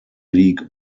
league